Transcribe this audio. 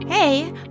Hey